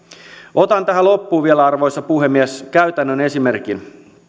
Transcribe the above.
otan tähän loppuun vielä arvoisa puhemies käytännön esimerkin